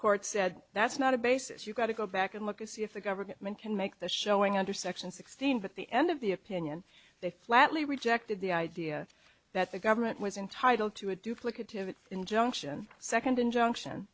said that's not a basis you've got to go back and look and see if the government can make the showing under section sixteen but the end of the opinion they flatly rejected the idea that the government was entitled to a duplicative an injunction second injunction